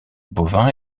bovin